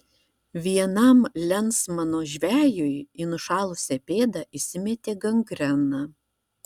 vienam lensmano žvejui į nušalusią pėdą įsimetė gangrena